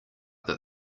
that